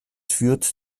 führt